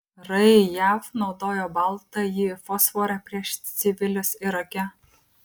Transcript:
rai jav naudojo baltąjį fosforą prieš civilius irake